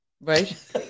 Right